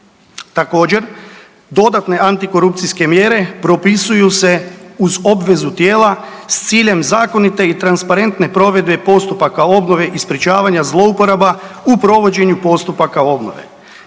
Također, dodatne antikorupcijske mjere propisuju se uz obvezu tijela s ciljem zakonite i transparentne provedbe postupaka obnove i sprječavanja zloupotreba u provođenju postupaka obnove.